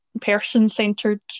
person-centered